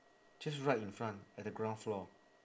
just right in front at the ground floor